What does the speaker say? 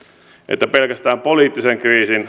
täällä aiemmin että pelkästään poliittisen kriisin